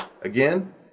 again